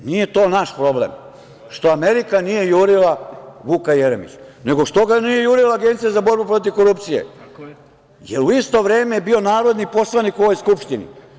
Nije to naš problem što Amerika nije jurila Vuka Jeremića, nego što ga nije jurila Agencija za borbu protiv korupcije, jer je u isto vreme bio narodni poslanik u ovoj Skupštini.